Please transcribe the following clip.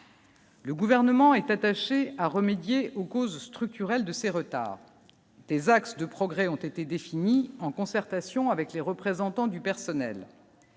Le gouvernement est attaché à remédier aux causes structurelles de ces retards des axes de progrès ont été définies en concertation avec les représentants du personnel,